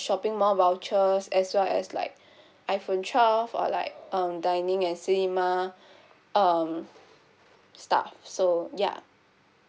shopping mall vouchers as well as like iphone twelve or like um dining and cinema um stuff so yeah